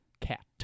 cat